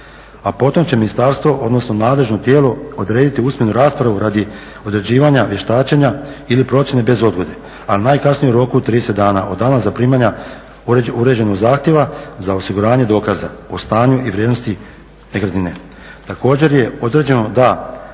a potom će ministarstvo, odnosno nadležno tijelo odrediti usmenu raspravu radi određivanje vještačenja ili procjene bez odgode, ali najkasnije u roku od 30 dana od dana zaprimanja određenog zahtjeva za osiguranje dokaza o stanju i vrijednosti nekretnine.